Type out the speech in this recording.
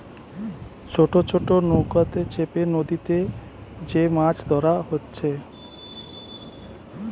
ছোট ছোট নৌকাতে চেপে নদীতে যে মাছ ধোরা হচ্ছে